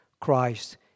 Christ